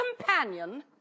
companion